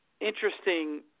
interesting